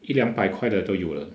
一两百块的都有了